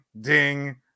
ding